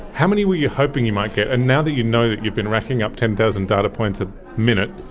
how many were you hoping you might get? and now that you know that you've been racking up ten thousand data points a minute,